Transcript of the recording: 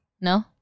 No